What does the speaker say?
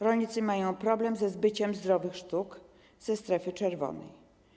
Rolnicy mają problem ze zbyciem zdrowych sztuk ze strefy czerwonej.